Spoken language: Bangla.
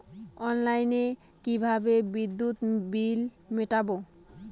অনলাইনে কিভাবে বিদ্যুৎ বিল মেটাবো?